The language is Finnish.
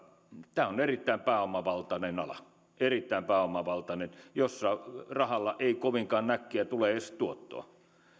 tämä on erittäin pääomavaltainen ala erittäin pääomavaltainen jossa rahalla ei kovinkaan äkkiä tule edes tuottoa